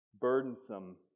burdensome